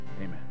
amen